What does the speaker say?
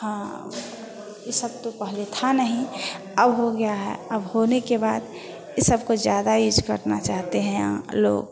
हाँ ई सब तो पहले था नहीं अब हो गया है अब होने के बाद ई सब कुछ ज़्यादा ही यूज करना चाहते हैं लोग